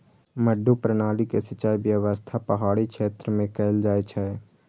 मड्डू प्रणाली के सिंचाइ व्यवस्था पहाड़ी क्षेत्र मे कैल जाइ छै